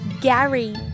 gary